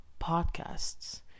podcasts